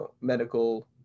medical